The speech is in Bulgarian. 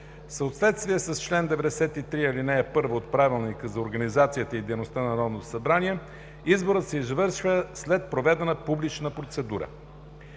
съответствие с чл. 93, ал. 1 от Правилника за организацията и дейността на Народното събрание изборът се извършва след проведена публична процедура.